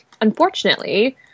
unfortunately